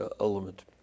element